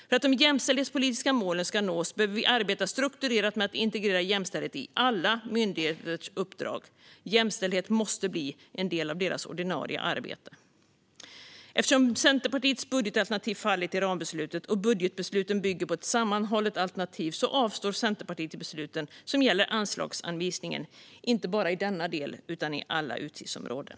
För att de jämställdhetspolitiska målen ska nås behöver vi arbeta strukturerat med att integrera jämställdhet i alla myndigheters uppdrag. Jämställdhet måste bli en del av deras ordinarie arbete. Eftersom Centerpartiets budgetalternativ föll i rambeslutet och budgetbesluten bygger på ett sammanhållet alternativ avstår Centerpartiet i de beslut som gäller anslagsanvisningen, inte bara i denna del utan i alla utgiftsområden.